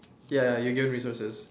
ya ya you get resources